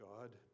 God